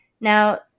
Now